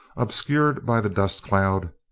obscured by the dust-cloud,